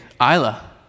Isla